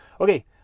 Okay